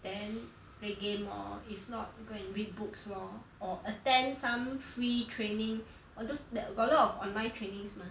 then play game lor if not go and read books lor or attend some free training all those that got a lot of online trainings mah